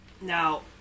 Now